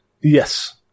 Yes